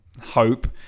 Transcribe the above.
hope